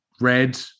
red